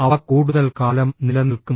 അവ കൂടുതൽ കാലം നിലനിൽക്കും